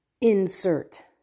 insert